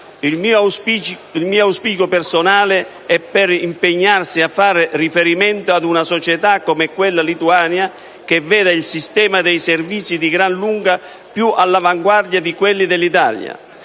Il mio auspicio personale è che ci si impegni nel far riferimento ad una società come quella lituana, che ha un sistema di servizi di gran lunga più all'avanguardia di quello dell'Italia.